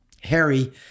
Harry